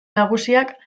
nagusiak